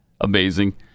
amazing